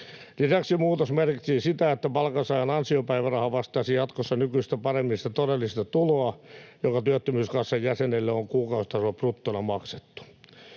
Lisäksi muutos merkitsisi sitä, että palkansaajan ansiopäiväraha vastaisi jatkossa nykyistä paremmin sitä todellista tuloa, joka työttömyyskassan jäsenelle on kuukausitasolla bruttona maksettu.